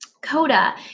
CODA